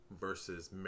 versus